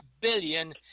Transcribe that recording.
billion